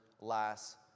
last